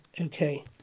okay